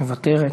מוותרת,